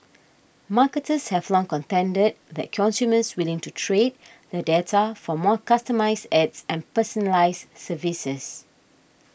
marketers have long contended that consumers willingly to trade their data for more customised ads and personalised services